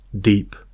deep